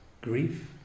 grief